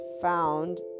found